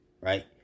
right